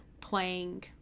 playing